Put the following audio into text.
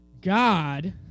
God